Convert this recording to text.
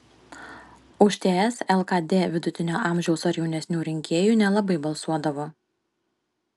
už ts lkd vidutinio amžiaus ar jaunesnių rinkėjų nelabai balsuodavo